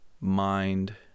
mind